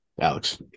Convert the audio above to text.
Alex